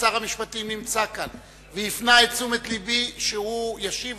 שר המשפטים נמצא כאן והפנה את תשומת לבי שהוא ישיב